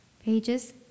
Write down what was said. Pages